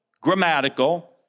grammatical